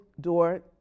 door